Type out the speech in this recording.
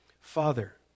Father